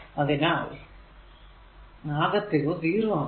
അതിനാൽ അകെ തുക 0 ആണ്